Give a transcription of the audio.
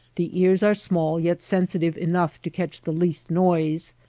the ears are small yet sensitive enough to catch the least noise,